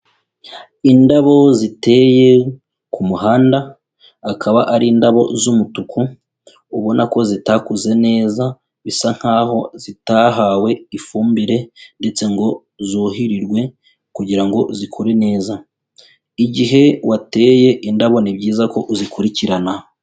Indabo ziteye ku muhanda akaba ari indabo z'umutuku ubona ko zitakuze neza bisa nkaho zitahawe ifumbire ndetse ngo zuhirirwe kugira ngo zikure neza, igihe wateye indabo ni byiza ko uzikurikirana.